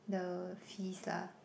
the fees lah